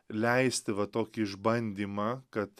leisti va tokį išbandymą kad